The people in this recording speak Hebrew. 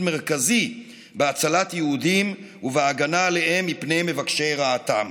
מרכזי בהצלת יהודים ובהגנה עליהם מפני מבקשי רעתם.